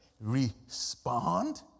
respond